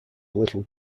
little